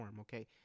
okay